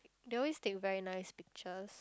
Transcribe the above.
they always take very nice pictures